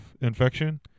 Infection